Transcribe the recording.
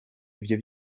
ibyo